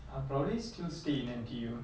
I'll probably still stay in N_T_U